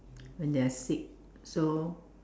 when they are sick so